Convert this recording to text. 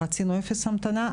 רצינו אפס המתנה,